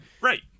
Right